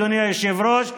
אדוני היושב-ראש,